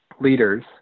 leaders